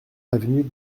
avenue